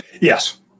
Yes